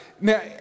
Now